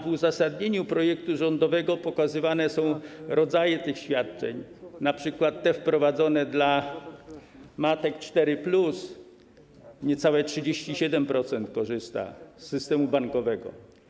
W uzasadnieniu projektu rządowego pokazywane są rodzaje tych świadczeń, np. te wprowadzone dla matek 4+, niecałe 37% z nich korzysta z systemu bankowego.